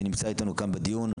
שנמצא איתנו כאן בדיון.